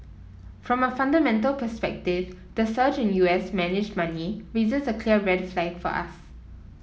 from a fundamental perspective the surge in U S managed money raises a clear red flag for us